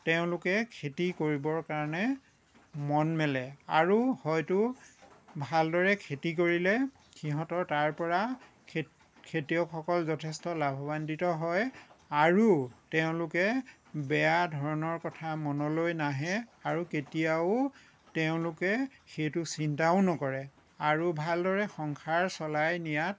তেওঁলোকে আকৌ খেতি কৰিবৰ কাৰণে মন মেলে আৰু হয়তো ভালদৰে খেতি কৰিলে সিহঁতৰ তাৰ পৰা খেতি খেতিয়কসকল যথেষ্ট লাভান্নিত হয় আৰু তেওঁলোকে বেয়া ধৰণৰ কথা মনলৈ নাহে আৰু কেতিয়াওঁ তেওঁলোকে সেইটো চিন্তাও নকৰে আৰু ভাল দৰে সংসাৰ চলাই নিয়াত